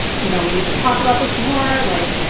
you know, we need to talk about this more. like,